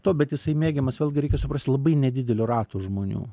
to bet jisai mėgiamas vėlgi reikia suprasti labai nedidelio rato žmonių